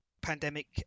Pandemic